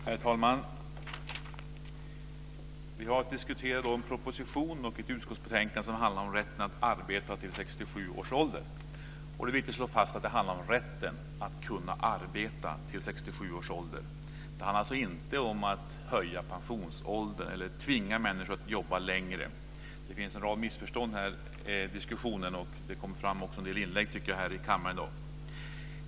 Herr talman! Vi ska diskutera en proposition och ett utskottsbetänkande som handlar om rätten att arbeta till 67 års ålder. Det är viktigt att slå fast att det handlar om rätten att arbeta till 67 års ålder. Det handlar alltså inte om att höja pensionsåldern eller tvinga människor att jobba längre. Det finns en rad missförstånd i denna diskussion, och det tycker jag också har framkommit i en del inlägg här i dag.